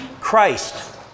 Christ